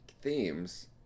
themes